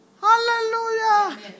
Hallelujah